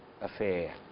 affair